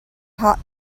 hot